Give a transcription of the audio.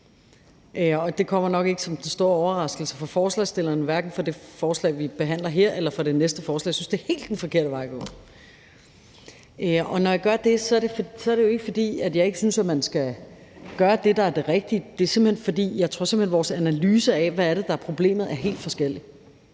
det kommer nok ikke som den store overraskelse for hverken forslagsstillerne til det forslag, vi behandler her, eller for forslagsstillerne til det næste forslag. Jeg synes, det er den helt forkerte vej at gå. Når jeg gør det, er det jo ikke, fordi jeg ikke synes, man skal gøre det, der er det rigtige. Det er, fordi jeg simpelt hen tror, at vores analyser af, hvad der er problemet, er helt forskellige.